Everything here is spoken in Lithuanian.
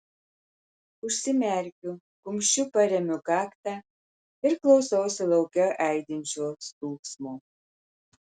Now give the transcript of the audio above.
užsimerkiu kumščiu paremiu kaktą ir klausausi lauke aidinčio stūgsmo